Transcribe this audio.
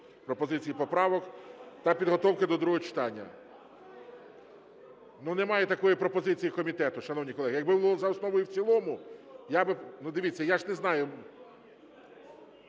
пропозицій і поправок та підготовки до другого читання. (Шум у залі) Ну, немає такої пропозиції комітету, шановні колеги. Якби було за основу і в цілому – я би... Ну дивіться, я ж не знаю.